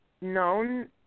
known